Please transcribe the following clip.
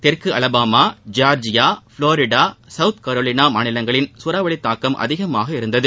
தெற்கு Alabama Georgia Florida South Carolina மாநிலங்களில் சூறாவளியின் தாக்கம் அதிகம் இருந்தது